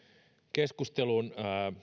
keskusteluun